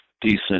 decent